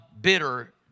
bitter